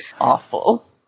awful